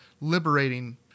liberating